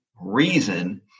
reason